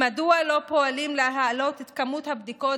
מדוע לא פועלים להעלות את מספר הבדיקות